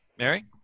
Mary